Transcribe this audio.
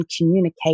communicate